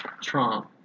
Trump